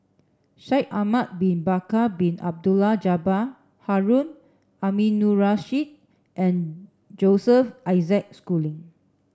Shaikh Ahmad bin Bakar Bin Abdullah Jabbar Harun Aminurrashid and Joseph Isaac Schooling